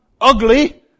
ugly